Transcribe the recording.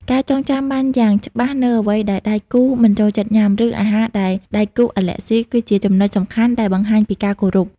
ការចងចាំបានយ៉ាងច្បាស់នូវអ្វីដែលដៃគូមិនចូលចិត្តញ៉ាំ ឬអាហារដែលដៃគូអាឡែស៊ី គឺជាចំណុចសំខាន់ដែលបង្ហាញពីការគោរព។